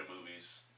movies